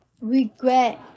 regret